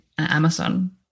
Amazon